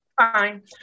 Fine